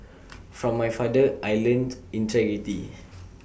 from my father I learnt integrity